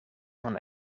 van